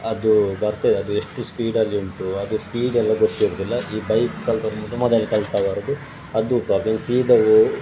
ಅದು ಬರ್ತದೆ ಅದು ಎಷ್ಟು ಸ್ಪೀಡಲ್ಲಿ ಉಂಟು ಅದು ಸ್ಪೀಡೆಲ್ಲ ಗೊತ್ತಿರುವುದಿಲ್ಲ ಈ ಬೈಕ್ ಕಲಿತು ಮೊದಮೊದಲು ಕಲಿತವರು ಅದು ಸೀದಾ ಹೊ